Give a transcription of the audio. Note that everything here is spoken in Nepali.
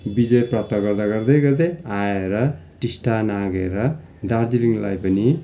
विजय प्राप्त गर्दा गर्दै गर्दै आएर टिस्टा नाघेर दार्जिलिङलाई पनि